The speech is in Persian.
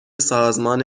سازمان